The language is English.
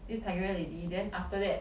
this Targaryen lady then after that